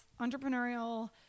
entrepreneurial